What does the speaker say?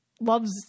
loves